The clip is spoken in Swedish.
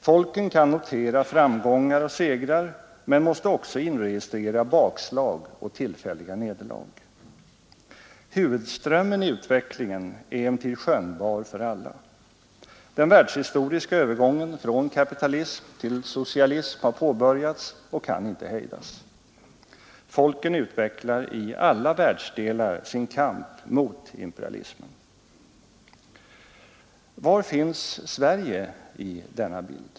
Folken kan notera framgångar och segrar, men måste också inregistrera bakslag och tillfälliga nederlag. Huvudströmmen i utvecklingen är emellertid skönjbar för alla. Den världshistoriska övergången från kapitalism till socialism har påbörjats och kan inte hejdas. Folken utvecklar i alla världsdelar sin kamp mot imperialismen. Var finns Sverige i denna bild?